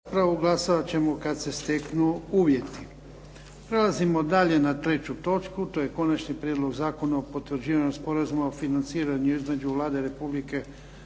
**Jarnjak, Ivan (HDZ)** Prelazimo dalje na treću točku. To je Konačni prijedlog zakona o potvrđivanju Sporazuma o financiranju između Vlade Republike